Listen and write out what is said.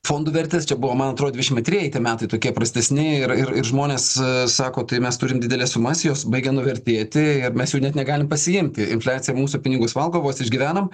fondų vertės čia buvo man atrodo dvidešim antrieji tie metai tokie prastesni ir ir ir žmonės sako tai mes turim dideles sumas jos baigia nuvertėti ir mes jų net negalim pasiimti infliacija mūsų pinigus valgo vos išgyvenam